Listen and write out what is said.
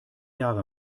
jahre